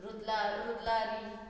रुदला रुदलाली